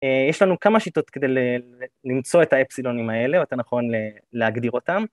יש לנו כמה שיטות כדי למצוא את האפסילונים האלה, או אתה נכון להגדיר אותם.